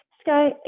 Sky